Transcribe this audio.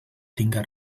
tinga